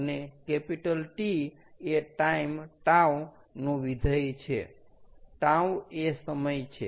અને T એ time τ નું વિધેય છે τ એ સમય છે